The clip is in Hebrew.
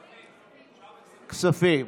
כספים.